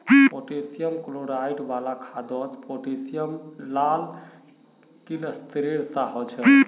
potassium chloride वाला खादोत potassium लाल क्लिस्तेरेर सा होछे